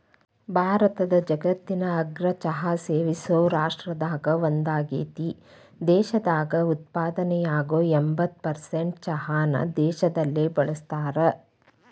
ಭಾರತ ಜಗತ್ತಿನ ಅಗ್ರ ಚಹಾ ಸೇವಿಸೋ ರಾಷ್ಟ್ರದಾಗ ಒಂದಾಗೇತಿ, ದೇಶದಾಗ ಉತ್ಪಾದನೆಯಾಗೋ ಎಂಬತ್ತ್ ಪರ್ಸೆಂಟ್ ಚಹಾನ ದೇಶದಲ್ಲೇ ಬಳಸ್ತಾರ